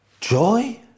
joy